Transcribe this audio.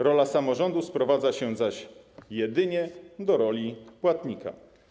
Rola samorządu sprowadza się jedynie do roli płatnika.